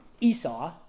Esau